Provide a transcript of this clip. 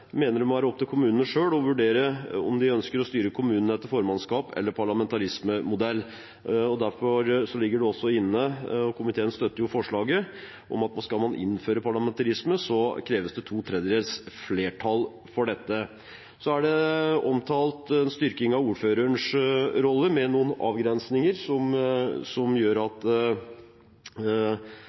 mener det må være opp til kommunene selv å vurdere om de ønsker å styre kommunene etter formannskapsmodellen eller parlamentarismemodellen. Derfor ligger det også inne – og komiteen støtter forslaget – at skal man innføre parlamentarisme, kreves det to tredjedels flertall for dette. Så er en styrking av ordførerens rolle omtalt, med noen avgrensninger om at